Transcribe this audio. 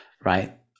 right